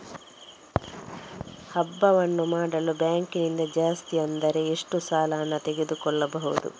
ಹಬ್ಬವನ್ನು ಮಾಡಲು ಬ್ಯಾಂಕ್ ನಿಂದ ಜಾಸ್ತಿ ಅಂದ್ರೆ ಎಷ್ಟು ಸಾಲ ಹಣ ತೆಗೆದುಕೊಳ್ಳಬಹುದು?